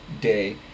day